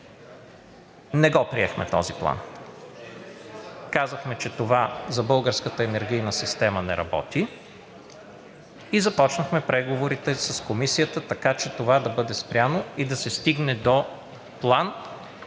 Не го приехме този план. Казахме, че това за българската енергийна система не работи и започнахме преговорите с Комисията, така че това да бъде спряно и да се стигне до план,